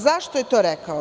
Zašto je to rekao?